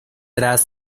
tras